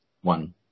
One